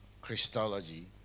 Christology